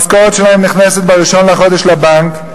המשכורת שלהם נכנסת ב-1 לחודש לבנק.